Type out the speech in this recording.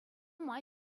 май